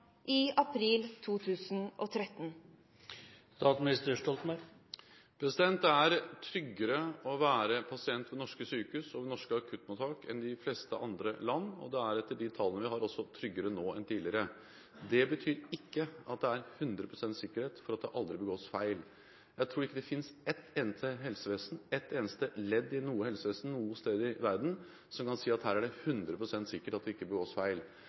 i april 2013? Det er tryggere å være pasient ved norske sykehus og ved norske akuttmottak enn i de fleste andre land, og det er – etter de tallene vi har – også tryggere nå enn tidligere. Det betyr ikke 100 pst. sikkerhet for at det aldri begås feil. Jeg tror ikke det finnes ett eneste helsevesen, ett eneste ledd i noe helsevesen noe sted i verden, der man kan si det er 100 pst. sikkert at det ikke begås feil.